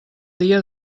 dia